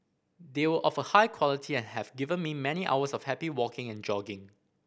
they were of a high quality and have given me many hours of happy walking and jogging